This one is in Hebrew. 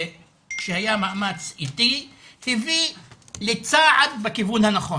כשהיה מאמץ איטי, הביא לצעד בכיוון הנכון.